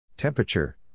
Temperature